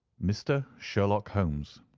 mr. sherlock holmes.